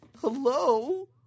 hello